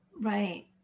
Right